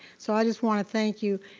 so i just want to thank you,